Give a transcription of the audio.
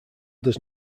does